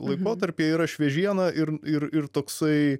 laikotarpyje yra šviežiena ir ir ir toksai